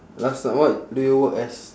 last time what do you work as